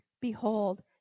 Behold